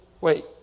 Wait